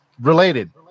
Related